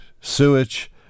sewage